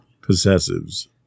Possessives